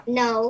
no